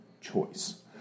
choice